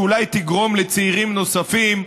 שאולי תגרום לצעירים נוספים,